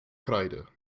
kreide